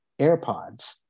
AirPods